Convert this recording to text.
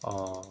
orh